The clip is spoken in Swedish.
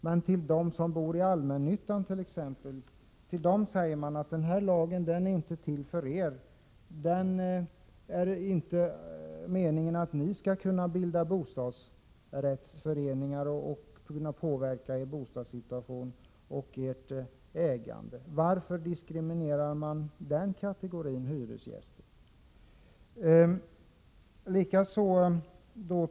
Men till dem som bor i allmännyttan säger man: Den här lagen är inte till för er — det är inte meningen att ni skall kunna bilda bostadsrättsföreningar och kunna påverka er bostadssituation och ert ägande. Varför diskriminerar ni den kategorin av hyresgäster som bor i allmännyttans bostäder?